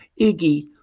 Iggy